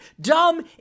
dumb